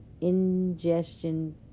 ingestion